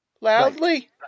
loudly